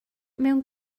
mewn